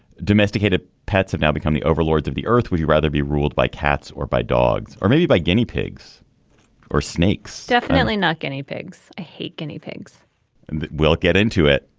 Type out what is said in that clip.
domesticated pets have now become the overlords of the earth. would you rather be ruled by cats or by dogs or maybe by guinea pigs or snakes definitely not guinea pigs i hate guinea pigs and we'll get into it.